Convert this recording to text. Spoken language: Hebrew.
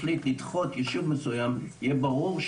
החליטו לדחות יישוב מסוים יהיה ברור,